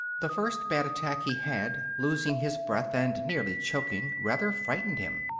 the first bad attack he had, losing his breath and nearly choking, rather frightened him,